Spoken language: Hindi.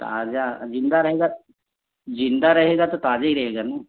ताज़ा ज़िंदा रहेगा ज़िंदा रहेगा तो ताज़ा ही रहेगा ना